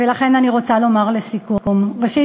ולכן אני רוצה לומר לסיכום: ראשית,